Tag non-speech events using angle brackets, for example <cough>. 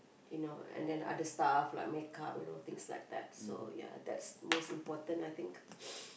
you know and then other stuff like make-up you know things like that so yeah that's most important I think <noise>